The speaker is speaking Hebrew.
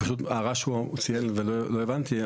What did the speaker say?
בשינוי של ההגדרות.